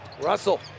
Russell